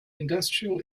industrial